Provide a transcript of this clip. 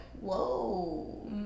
Whoa